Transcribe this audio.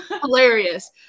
Hilarious